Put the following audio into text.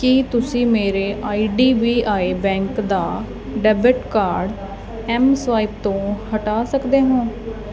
ਕੀ ਤੁਸੀਂਂ ਮੇਰੇ I D B I bank ਦਾ ਡੈਬਿਟ ਕਾਰਡ ਐੱਮ ਸਵਾਇਪ ਤੋਂ ਹਟਾ ਸਕਦੇ ਹੋ